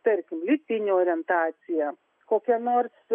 tarkim lytinė orientacija kokie nors